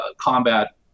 combat